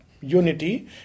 unity